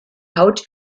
haut